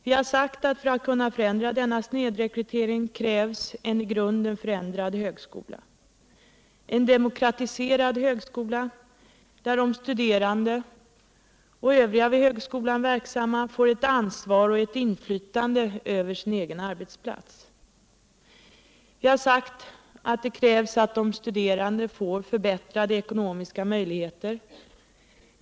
Vi har sagt att för att denna snedrekrytering skall kunna förändras krävs en i grunden förändrad högskola —- en demokratiserad högskola, där de studerande och övriga där verksamma får ett ansvar och ett inflytande över sin egen arbetsplats. Vi har sagt att det krävs att de studerande får förbättrade ekonomiska möjligheter.